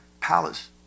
palace